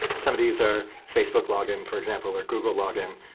some of these are facebook login, for example, or google login,